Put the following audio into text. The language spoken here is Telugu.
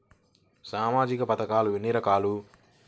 సామాజిక పథకాలు ఎన్ని రకాలు?